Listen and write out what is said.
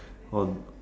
or